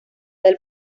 del